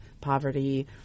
poverty